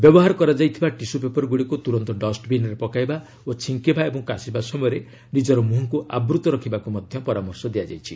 ବ୍ୟବହାର କରାଯାଇଥିବା tissue paper ଗୁଡ଼ିକୁ ତୁରନ୍ତ ଡଷ୍ଟବିନ୍ରେ ପକାଇବା ଓ ଛିଙ୍କିବା ଏବଂ କାଶିବା ସମୟରେ ନିକର ମୁହଁକୁ ଆବୂତ ରଖିବାକୁ ମଧ୍ୟ ପରାମର୍ଶ ଦିଆଯାଇଛି